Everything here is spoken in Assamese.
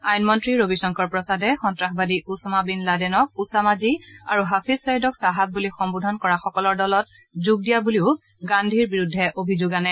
আইনমন্ত্ৰ ৰবি শংকৰ প্ৰসাদে সন্তাসবাদী ওছামা বিন লাডেনক ওচামা জী আৰু হাফীজ ছয়ীদক চাহাব বুলি সম্বোধন কৰাসকলৰ দলত যোগ দিয়া বুলিও গান্ধীৰ বিৰুদ্ধে অভিযোগ আনে